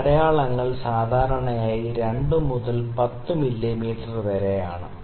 ഈ അടയാളങ്ങൾ സാധാരണയായി 2 മുതൽ 10 മില്ലീമീറ്റർ വരെയാണ്